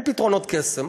אין פתרונות קסם,